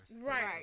right